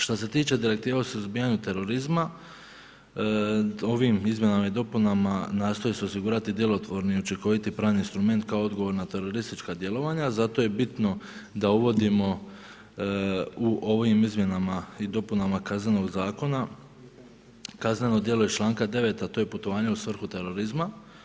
Što se tiče direktive o suzbijanju terorizma, ovim izmjenama i dopunama nastoje se osigurati djelotvorni i učinkoviti pravni instrument kao odgovorna teroristička djelovanja zato je bitno da uvodimo u ovim izmjenama i dopunama KZ, kazneno djelo iz članka 9., a to je putovanje u svrhu terorizma.